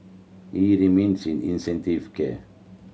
he remains in intensive care